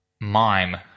mime